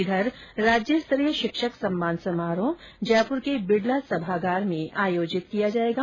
इधर राज्यस्तरीय शिक्षक सम्मान समारोह जयपुर के बिड़ला सभागार में आयोजित किया जाएगा